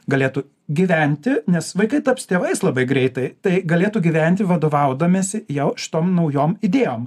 galėtų gyventi nes vaikai taps tėvais labai greitai tai galėtų gyventi vadovaudamiesi jau šitom naujom idėjom